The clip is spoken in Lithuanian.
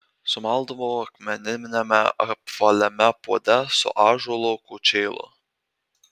sumaldavo akmeniniame apvaliame puode su ąžuolo kočėlu